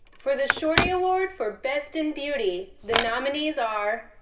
for the shorty awards for best in beauty the nominees are.